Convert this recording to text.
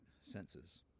senses